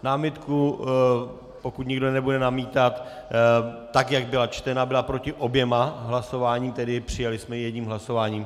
Námitka, pokud nikdo nebude namítat, tak jak byla čtena, byla proti oběma hlasováním, tedy přijali jsme ji jedním hlasováním.